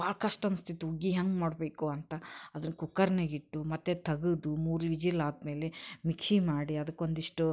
ಭಾಳ ಕಷ್ಟ ಅನಿಸ್ತಿತ್ತು ಹುಗ್ಗಿ ಹೆಂಗೆ ಮಾಡಬೇಕು ಅಂತ ಅದನ್ನು ಕುಕ್ಕರ್ನಾಗಿಟ್ಟು ಮತ್ತೆ ತೆಗೆದು ಮೂರು ವಿಶಿಲ್ ಆದಮೇಲೆ ಮಿಕ್ಸಿ ಮಾಡಿ ಅದಕ್ಕೊಂದಿಷ್ಟು